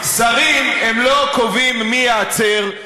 שרים לא קובעים מי ייעצר,